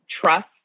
trust